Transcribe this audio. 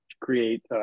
create